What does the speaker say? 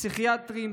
פסיכיאטרים,